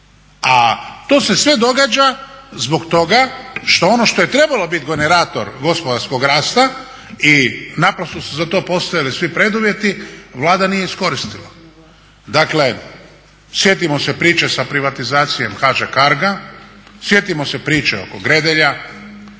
a to se sve događa zbog toga što ono što je trebalo biti generator gospodarskog rasta i naprosto su za to postojali svi preduvjeti Vlada nije iskoristila. Dakle sjetimo se priče sa privatizacijom HŽ CARGO-a, sjetimo se priče oko Gredelja,